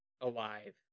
alive